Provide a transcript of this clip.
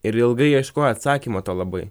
ir ilgai ieškojo atsakymo to labai